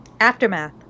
Aftermath